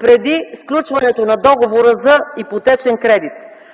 преди сключването на договора за ипотечен кредит.